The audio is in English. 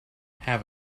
have